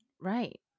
right